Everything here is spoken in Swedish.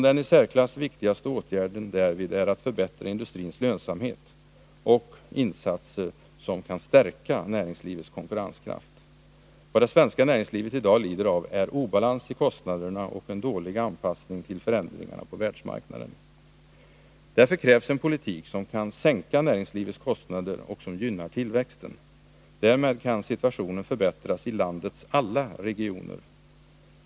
Den i särklass viktigaste åtgärden därvid är att förbättra industrins lönsamhet och göra insatser som kan stärka näringslivets konkurrenskraft. Vad det svenska näringslivet i dag lider av är obalans i kostnaderna och en dålig anpassning till förändringarna på världsmarknaden. Därför krävs en politik som kan sänka näringslivets kostnader och som gynnar tillväxten. Därmed kan situationen förbättras i landets alla regioner.